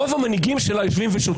רוב המנהיגים שלה יושבים ושותקים,